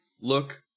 look